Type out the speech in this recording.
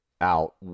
out